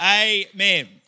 Amen